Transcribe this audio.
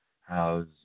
How's